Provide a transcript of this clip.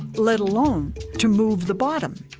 let alone to move the bottom.